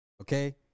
Okay